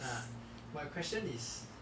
ah my question is